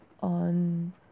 on